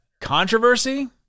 controversy